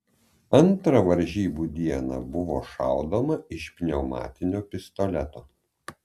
antrą varžybų dieną buvo šaudoma iš pneumatinio pistoleto